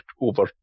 over